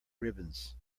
ribbons